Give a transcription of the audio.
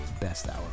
BESTHOUR